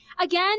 Again